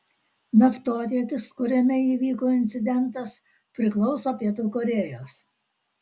naftotiekis kuriame įvyko incidentas priklauso pietų korėjos